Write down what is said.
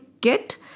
get